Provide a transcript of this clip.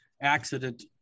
accident